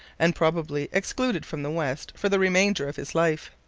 and probably excluded from the west for the remainder of his life.